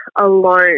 alone